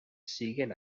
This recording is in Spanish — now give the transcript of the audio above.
siguen